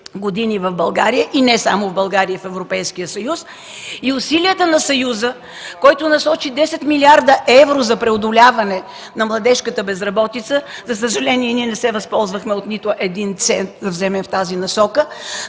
години в България и не само в България, а и в Европейския съюз, и усилията на Съюза, който насочи 10 млрд. евро за преодоляване на младежката безработица – за съжаление не се възползвахме да вземем нито един цент в тази насока,